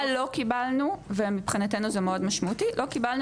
מה לא קיבלנו - ומבחינתנו זה מאוד משמעותי - לא קיבלנו